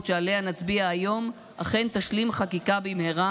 שעליה נצביע היום אכן תשלים חקיקה במהרה,